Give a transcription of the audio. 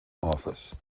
office